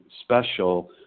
special